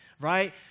right